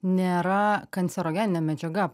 nėra kancerogeninė medžiaga